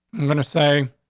i'm gonna say,